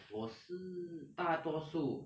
我是大多数